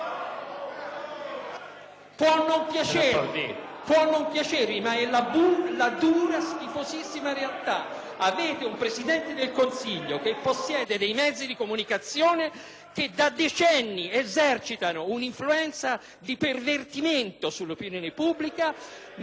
Può non piacervi, ma è la dura, schifosissima realtà. Avete un Presidente del Consiglio che possiede dei mezzi di comunicazione che, da decenni, esercitano un'influenza di pervertimento sull'opinione pubblica,